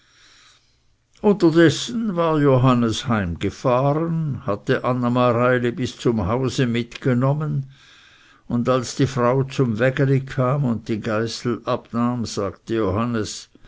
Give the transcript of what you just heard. unterdessen war johannes heimgefahren hatte anne mareili bis zum hause mitgenommen und als die frau zum wägeli kam und die geißel abnahm sagte johannes